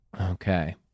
okay